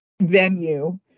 venue